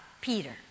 Peter